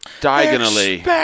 Diagonally